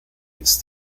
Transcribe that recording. its